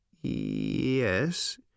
Yes